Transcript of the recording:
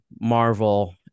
Marvel